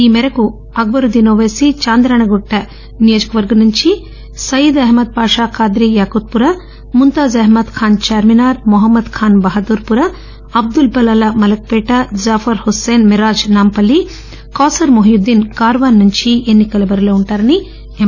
ఈ మేరకు అక్బరుద్దీన్ ఒపైసీ చాంద్రాయణ గుట్ట నియోజకవర్గం నుంచి సయీద్ అహ్మద్ పాషా ఖాద్రీ యాకూత్పురా ముంతాజ్ అహ్మద్ ఖాన్ దార్మినార్ మొహమ్మద్ ఖాన్ బహదూర్పుర అబ్లుల్ బలాలా మలక్పేట జాఫర్ హుస్పేన్ మెరాజ్ నాంపల్లి కేసర్ మొహయుద్దీన్ కార్యాన్ నుంచి ఎన్పి కల బరిలో వుంటారని ఎమ్